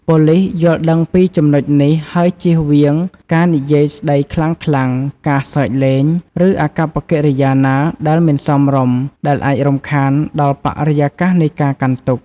ប៉ូលីសយល់ដឹងពីចំណុចនេះ ហើយជៀសវាងការនិយាយស្តីខ្លាំងៗ ការសើចលេង ឬអាកប្បកិរិយាណាដែលមិនសមរម្យដែលអាចរំខានដល់បរិយាកាសនៃការកាន់ទុក្ខ។